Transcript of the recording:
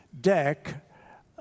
deck